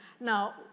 Now